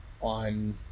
on